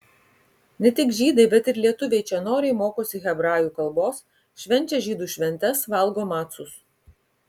ne tik žydai bet ir lietuviai čia noriai mokosi hebrajų kalbos švenčia žydų šventes valgo macus